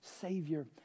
Savior